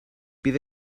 bydd